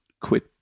quit